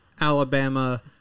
Alabama